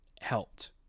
helped